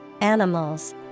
animals